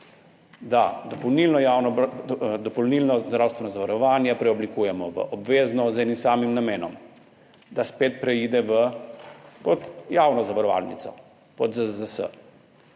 da dopolnilno zdravstveno zavarovanje preoblikujemo v obvezno z enim samim namenom, da spet preide pod javno zavarovalnico, pod ZZZS.